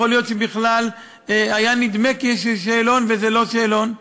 יכול להיות שבכלל היה נדמה כי יש איזשהו שאלון וזה לא שאלון.